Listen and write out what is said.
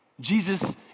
Jesus